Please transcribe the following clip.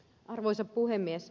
arvoisa puhemies